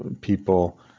people